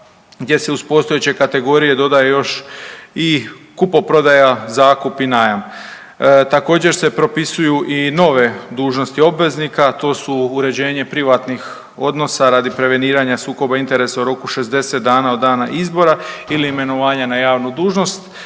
gdje se uz postojeće kategorije dodaje još i kupoprodaja, zakup i najam. Također se propisuju i nove dužnosti obveznika to su uređenje privatnih odnosa radi preveniranja sukoba interesa u roku 60 dana od dana izbora ili imenovanja na javnu dužnost